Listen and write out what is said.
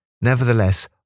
Nevertheless